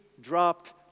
dropped